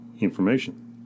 information